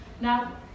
now